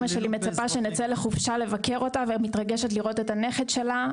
אמא שלי מצפה שנצא לחופשה לבקר אותה ומתרגשת לראות את הנכד שלה,